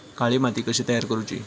काळी माती कशी तयार करूची?